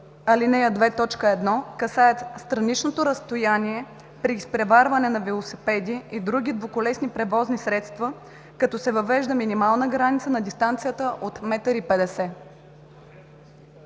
които касаят страничното разстояние при изпреварване на велосипеди и други двуколесни превозни средства, като се въвежда минимална граница на дистанцията от 1,5 м.